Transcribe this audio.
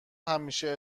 همیشه